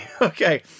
Okay